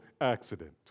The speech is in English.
accident